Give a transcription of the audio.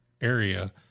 area